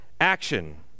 action